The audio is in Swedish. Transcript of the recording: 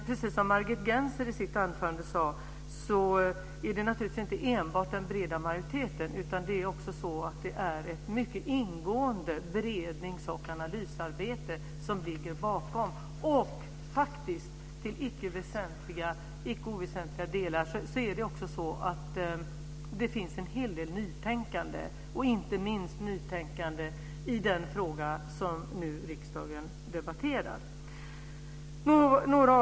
Precis som Margit Gennser sade i sitt anförande är det naturligtvis inte enbart en bred majoritet. Det är också ett mycket ingående berednings och analysarbete som ligger bakom. Till icke oväsentliga delar finns det faktiskt också en hel del nytänkande. Inte minst finns det nytänkande i den fråga som riksdagen nu debatterar.